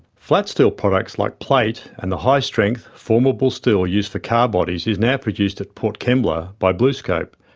flat steel products like plate, and the high strength, formable steel used for car bodies is now produced at port kembla by bluescope,